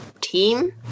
team